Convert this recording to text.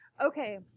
Okay